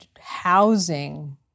housing